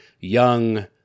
young